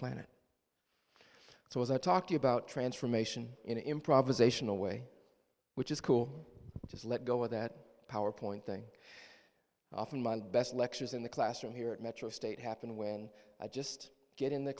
planet so was i talking about transformation in an improvisational way which is cool because let go of that power point thing often mind best lectures in the classroom here at metro state happen when i just get in the